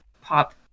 pop